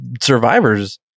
survivors